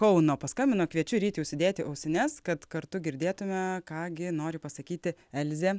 kauno paskambino kviečiu ryti užsidėti ausines kad kartu girdėtume ką gi nori pasakyti elzė